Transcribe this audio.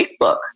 Facebook